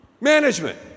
Management